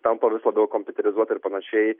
tampa vis labiau kompiuterizuota ir panašiai